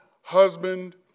husband